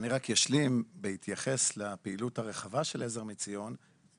בהתייחס לפעילות הרחבה של ׳עזר מציון׳,